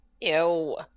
ew